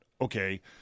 okay